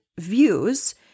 views